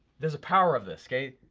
there's a power of this, okay,